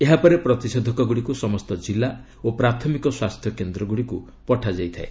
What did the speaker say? ଏହାପରେ ପ୍ରତିଷେଧକଗୁଡ଼ିକୁ ସମସ୍ତ ଜିଲ୍ଲା ଓ ପ୍ରାଥମିକ ସ୍ୱାସ୍ଥ୍ୟକେନ୍ଦ୍ରଗୁଡ଼ିକୁ ପଠାଯାଇଥାଏ